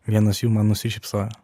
vienas jų man nusišypsojo